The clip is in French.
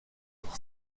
pour